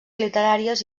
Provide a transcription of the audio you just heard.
literàries